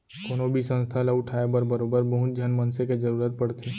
कोनो भी संस्था ल उठाय बर बरोबर बहुत झन मनसे के जरुरत पड़थे